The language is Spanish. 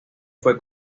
fue